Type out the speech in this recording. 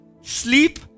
sleep